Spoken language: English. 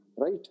Right